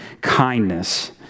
kindness